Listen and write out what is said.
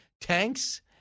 Tanks